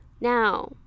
now